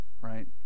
right